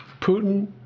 Putin